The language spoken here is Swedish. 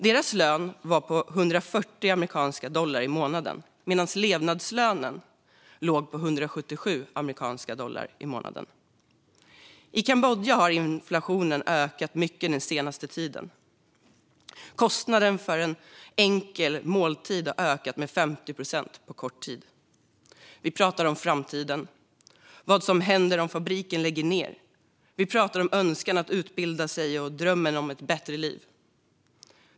Deras lön var 140 amerikanska dollar i månaden, medan levnadslönen låg på 177 amerikanska dollar i månaden. I Kambodja har inflationen ökat mycket den senaste tiden. Kostnaden för en enkel måltid har ökat med 50 procent på kort tid. Vi pratar om framtiden. Vad händer om fabriken lägger ned? Vi pratar om önskan att utbilda sig och om drömmen om ett bättre liv.